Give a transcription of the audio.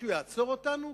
מישהו יעצור אותנו?